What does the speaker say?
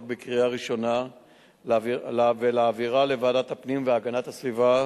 בקריאה ראשונה ולהעבירה לוועדת הפנים והגנת הסביבה